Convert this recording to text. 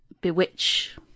bewitch